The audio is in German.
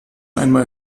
einmal